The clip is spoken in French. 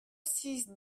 six